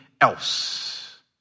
else